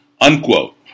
Unquote